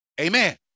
Amen